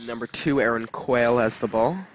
number two aaron quale as the ball